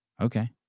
Okay